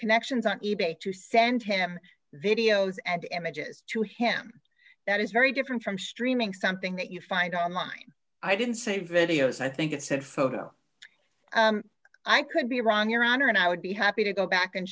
connections on e bay to send him videos and images to him that is very different from streaming something that you find online i didn't say videos i think it said photo i could be wrong your honor and i would be happy to go back and